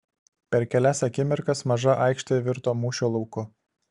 per kelias akimirkas maža aikštė virto mūšio lauku